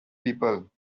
people